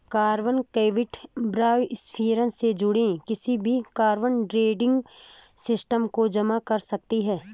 carbon credit biosphere से जुड़े किसी भी कार्बन ट्रेडिंग सिस्टम को जाम कर सकते हैं